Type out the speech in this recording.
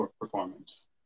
performance